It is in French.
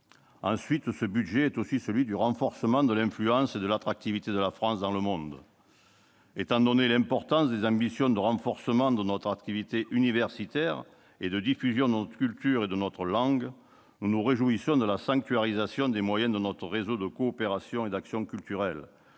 enfants. Ce budget est aussi celui du renforcement de l'influence et de l'attractivité de la France dans le monde. Étant donné l'importance des ambitions de renforcement de notre attractivité universitaire et de diffusion de notre culture et de notre langue, nous nous réjouissons de la sanctuarisation des moyens de notre réseau de coopération et d'action culturelle,